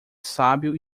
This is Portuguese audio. sábio